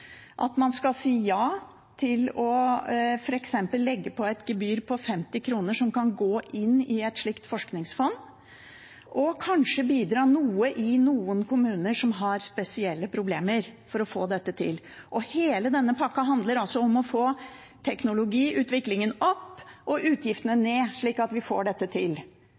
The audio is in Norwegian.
at man skal si ja til f.eks. å legge på et gebyr på 50 kr som kan gå inn i et forskningsfond, og at man kanskje skal bidra noe i noen kommuner som har spesielle problemer, for å få dette til. Hele denne pakken handler altså om å få teknologiutviklingen opp og utgiftene ned slik at vi får dette til,